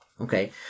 okay